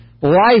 life